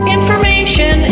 Information